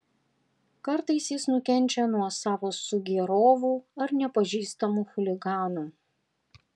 kartais jis nukenčia nuo savo sugėrovų ar nepažįstamų chuliganų